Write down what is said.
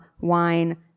wine